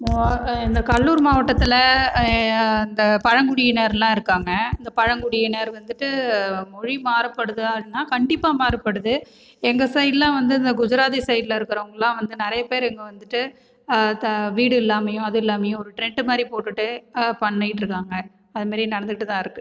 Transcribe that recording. நான் இந்த கடலூர் மாவட்டத்தில் இந்த பழங்குடினர்லாம் இருக்காங்கள் இந்த பழங்குடினர் வந்துட்டு மொழி மாறபடுதானா கண்டிப்பாக மாறுப்படுது எங்கள் சைடில் வந்து இந்த குஜராத்தி சைடில் இருக்குறவங்கலாம் வந்து நிறைய பேர் இங்கே வந்துட்டு த வீடு இல்லாமையும் அது இல்லாமையும் ஒரு த்ரெட் மாதிரி போட்டுட்டு பண்ணிட்டுருக்காங்க அதுமாரி நடந்துட்டு தான் இருக்குது